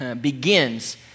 begins